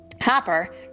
Hopper